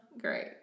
Great